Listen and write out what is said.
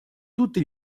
tutti